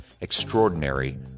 Extraordinary